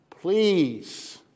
please